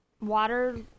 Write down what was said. Water